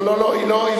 לא, לא.